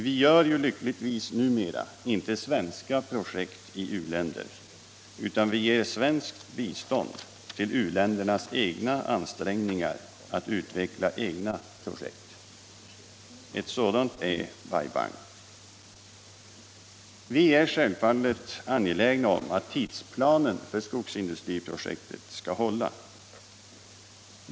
Vi gör ju lyckligtvis numera inte svenska projekt i u-länder, utan vi ger svenskt bistånd till u-ländernas ansträngningar att utveckla egna projekt. Ett sådant är Bai Bang. Vi är självfallet angelägna om att tidsplanen för skogsindustriprojektet skall hålla.